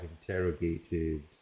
interrogated